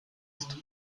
ist